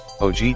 OG